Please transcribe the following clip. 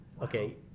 Okay